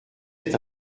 êtes